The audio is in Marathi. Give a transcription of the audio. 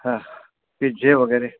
हां पिज्जे वगैरे